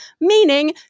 meaning